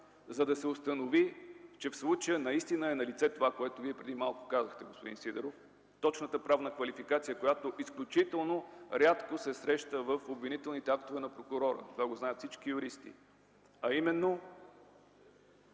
за да се установи, че в случая наистина е налице това, което Вие преди малко казахте, господин Сидеров – точната правна квалификация, която изключително рядко се среща в обвинителните актове на прокурора, това го знаят всички юристи, а именно